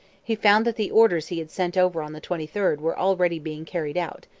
he found that the orders he had sent over on the twenty third were already being carried out,